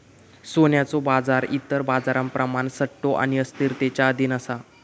सोन्याचो बाजार इतर बाजारांप्रमाण सट्टो आणि अस्थिरतेच्या अधीन असा